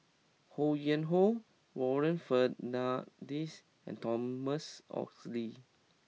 Ho Yuen Hoe Warren Fernandez and Thomas Oxley